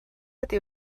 ydy